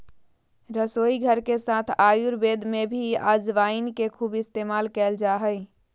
रसोईघर के साथ आयुर्वेद में भी अजवाइन के खूब इस्तेमाल कइल जा हइ